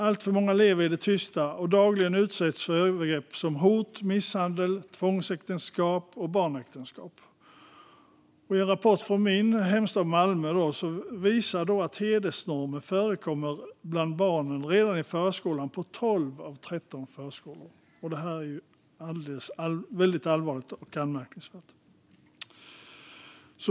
Alltför många lever i det tysta och utsätts dagligen för övergrepp som hot, misshandel, tvångsäktenskap och barnäktenskap. En rapport från min hemstad Malmö visar att hedersnormer förekommer bland barnen redan i förskolan på 12 av 13 förskolor. Det här är väldigt allvarligt och anmärkningsvärt.